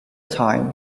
time